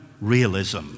realism